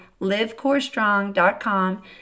livecorestrong.com